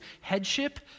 headship